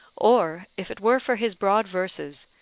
or if it were for his broad verses,